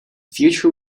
future